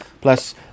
plus